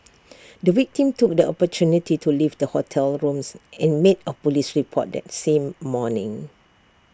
the victim took the opportunity to leave the hotel rooms and made A Police report that same morning